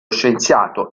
scienziato